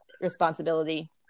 responsibility